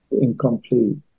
incomplete